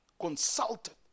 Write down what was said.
consulted